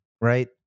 right